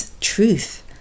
truth